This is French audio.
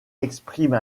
exprime